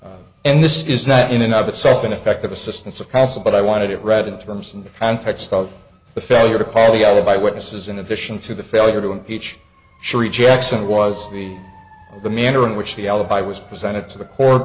in this is not in and of itself an effective assistance of counsel but i wanted it read in terms in the context of the failure to call the alibi witnesses in addition to the failure to impeach sheree jackson was the the manner in which the alibi was presented to the co